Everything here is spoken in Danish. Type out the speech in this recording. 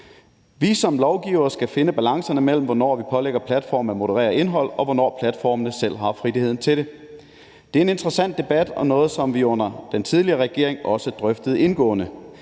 Vi som lovgivere skal finde balancen mellem, hvornår vi pålægger platformene at moderere indhold, og hvornår platformene selv har friheden til det. Det er en interessant debat, og det er noget, som vi under den tidligere regering også drøftede indgående,